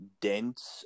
dense